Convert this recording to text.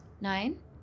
Nine